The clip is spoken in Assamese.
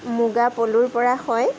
মুগা পলুৰ পৰা হয়